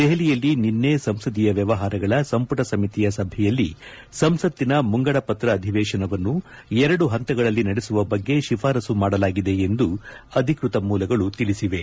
ದೆಹಲಿಯಲ್ಲಿ ನಿನ್ತೆ ಸಂಸದೀಯ ವ್ಯವಹಾರಗಳ ಸಂಪುಣ ಸಮಿತಿಯ ಸಭೆಯಲ್ಲಿ ಸಂಸತ್ತಿನ ಮುಂಗಡಪತ್ರ ಅಧಿವೇಶನವನ್ನು ಎರಡು ಹಂತಗಳಲ್ಲಿ ನಡೆಸುವ ಬಗ್ಗೆ ಶಿಫಾರಸ್ಟು ಮಾಡಲಾಗಿದೆ ಎಂದು ಅಧಿಕ್ವತ ಮೂಲಗಳು ತಿಳಿಸಿವೆ